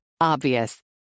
Obvious